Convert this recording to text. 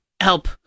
help